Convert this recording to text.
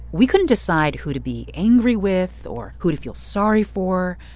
we couldn't decide who to be angry with or who to feel sorry for.